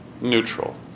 neutral